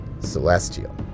Celestial